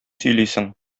сөйлисең